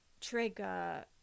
trigger